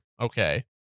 Okay